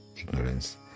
ignorance